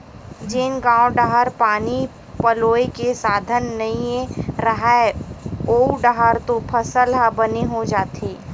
जेन गाँव डाहर पानी पलोए के साधन नइय रहय ओऊ डाहर तो फसल ह बने हो जाथे